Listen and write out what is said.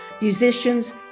musicians